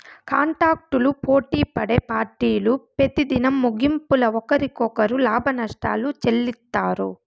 కాంటాక్టులు పోటిపడే పార్టీలు పెతిదినం ముగింపుల ఒకరికొకరు లాభనష్టాలు చెల్లిత్తారు